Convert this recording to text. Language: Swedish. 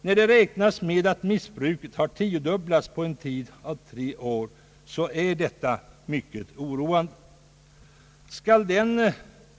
När det beräknas att missbruket har tiodubblats på tre år, så är detta något mycket oroande.